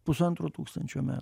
pusantro tūkstančio metų